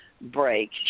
break